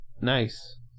nice